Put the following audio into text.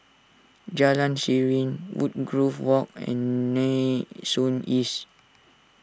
Jalan Serene Woodgrove Walk and Nee Soon East